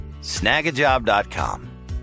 snagajob.com